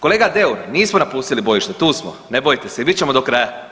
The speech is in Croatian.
Kolega Deur, nismo napustili bojište, tu smo, ne bojte se, i bit ćemo do kraja.